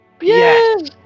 yes